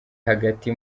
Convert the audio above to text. hagati